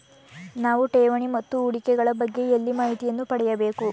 ನಾವು ಠೇವಣಿ ಮತ್ತು ಹೂಡಿಕೆ ಗಳ ಬಗ್ಗೆ ಎಲ್ಲಿ ಮಾಹಿತಿಯನ್ನು ಪಡೆಯಬೇಕು?